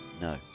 No